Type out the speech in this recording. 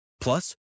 Plus